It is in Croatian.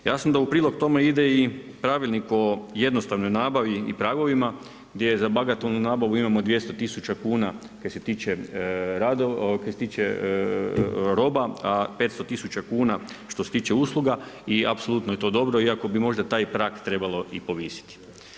Jasno u prilog tome ide i Pravilnik o jednostavnoj nabavi i pragovima gdje za bagatelnu nabavu imamo 200 tisuća kuna kaj se tiče roba, a 500 tisuća kuna što se tiče usluga i apsolutno je to dobro, iako bi možda taj prag trebalo i povisiti.